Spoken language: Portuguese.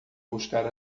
buscar